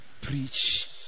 preach